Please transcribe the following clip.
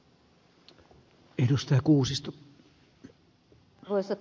arvoisa puhemies